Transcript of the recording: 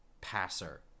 passer